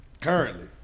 currently